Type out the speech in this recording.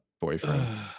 boyfriend